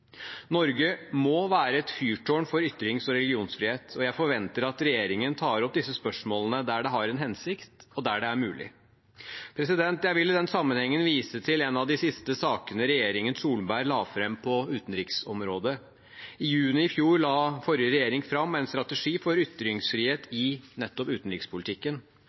Norge må være et fyrtårn for ytrings- og religionsfrihet, og jeg forventer at regjeringen tar opp disse spørsmålene der det har en hensikt, og der det er mulig. Jeg vil i den sammenhengen vise til en av de siste sakene regjeringen Solberg la fram på utenriksområdet. I juni i fjor la forrige regjering fram en strategi for ytringsfrihet i nettopp utenrikspolitikken.